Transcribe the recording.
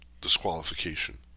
disqualification